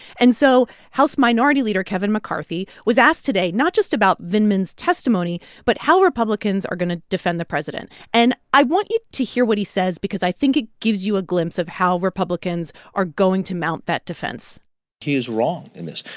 and so house minority leader kevin mccarthy was asked today not just about vindman's testimony but how republicans are going to defend the president. and i want you to hear what he says because i think it gives you a glimpse of how republicans are going to mount that defense he is wrong in this.